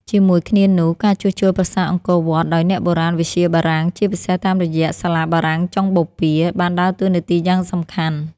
ជាមួយគ្នានោះ ការជួសជុលប្រាសាទអង្គរវត្តដោយអ្នកបុរាណវិទ្យាបារាំង ជាពិសេសតាមរយៈសាលាបារាំងចុងបូព៌ា បានដើរតួនាទីយ៉ាងសំខាន់។